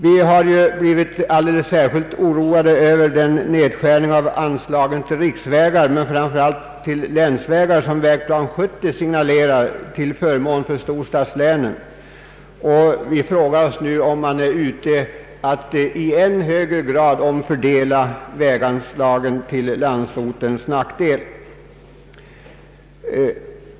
Vi har blivit alldeles särskilt oroade över nedskärningen av anslagen till riksvägar och framför allt till länsvägar som Vägplan 70 signalerar till förmån för storstadslänen. Vi frågar oss nu om man är ute efter att i än högre grad omfördela väganslagen till landsortens nackdel.